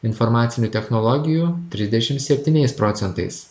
informacinių technologijų trisdešim septyniais procentais